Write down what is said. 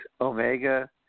Omega